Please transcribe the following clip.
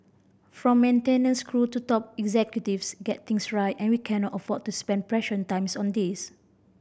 from maintenance crew to top executives get things right and we cannot afford to spend precious time on this